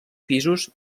pisos